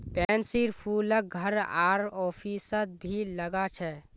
पैन्सीर फूलक घर आर ऑफिसत भी लगा छे